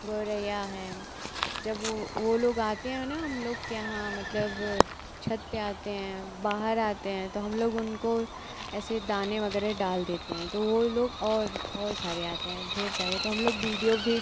गौरैया है जब वह वह लोग आते हैं ना हमलोग के यहाँ मतलब छत पर आते हैं बाहर आते हैं तो हमलोग उनको ऐसे दाने वग़ैरह डाल देते हैं तो वह लोग और और सारे आते हैं ढेर सारे तो हमलोग वीडियो भी